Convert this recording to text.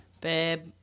Babe